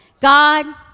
God